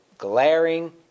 glaring